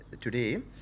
today